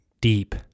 deep